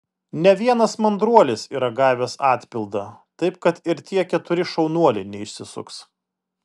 ne vienas mandruolis yra gavęs atpildą taip kad ir tie keturi šaunuoliai neišsisuks